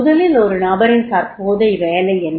முதலில் ஒரு நபரின் தற்போதைய வேலை என்ன